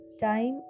time